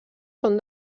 són